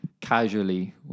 Casually